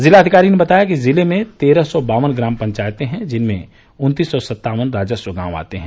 जिलाधिकारी ने बताया कि जिले में तेरह सौ बावन ग्राम पंचायतें हैं जिनमें उन्तीस सौ सत्तावन राजस्व गांव आते हैं